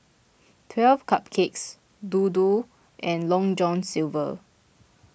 twelve Cupcakes Dodo and Long John Silver